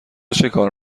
چیکار